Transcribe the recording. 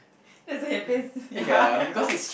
that's the happiest ya ya